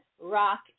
rock